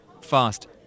fast